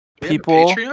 People